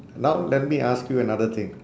now let me ask you another thing